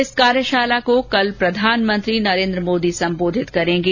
इस कार्यशाला को कल प्रधानमंत्री नरेन्द्र मोदी सम्बोधित करेंगे